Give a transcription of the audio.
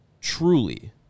truly